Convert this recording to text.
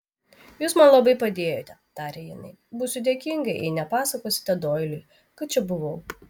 jūs man labai padėjote tarė jinai būsiu dėkinga jei nepasakosite doiliui kad čia buvau